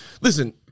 Listen